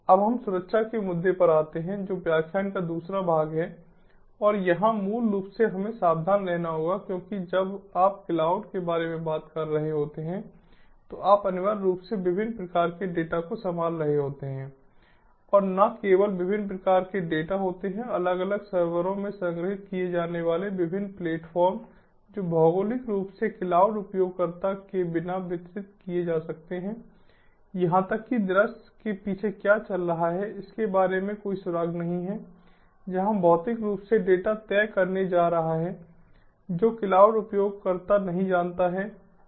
अब हम सुरक्षा के मुद्दे पर आते हैं जो व्याख्यान का दूसरा भाग है और यहाँ मूल रूप से हमें सावधान रहना होगा क्योंकि जब आप क्लाउड के बारे में बात कर रहे होते हैं तो आप अनिवार्य रूप से विभिन्न प्रकार के डेटा को संभाल रहे होते हैं और न केवल विभिन्न प्रकार के डेटा होते हैं अलग अलग सर्वरों में संग्रहीत किए जाने वाले विभिन्न प्लेटफ़ॉर्म जो भौगोलिक रूप से क्लाउड उपयोगकर्ता के बिना वितरित किए जा सकते हैं यहां तक कि दृश्य के पीछे क्या चल रहा है इसके बारे में कोई सुराग नहीं है जहां भौतिक रूप से डेटा तय करने जा रहा है जो क्लाउड उपयोगकर्ता नहीं जानता है